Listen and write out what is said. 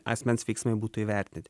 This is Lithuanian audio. asmens veiksmai būtų įvertinti